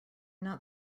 not